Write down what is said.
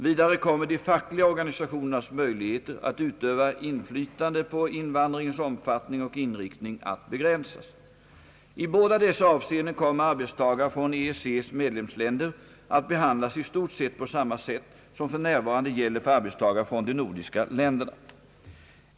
Vidare kommer de fackliga organisationernas möjligheter att utöva inflytande på invandringens omfattning och inriktning att begränsas. I båda dessa avseenden kommer arbetstagare från EEC:s medlemsländer att behandlas i stort sett på samma sätt som för närvarande gäller för arbetstagare från de nordiska länderna.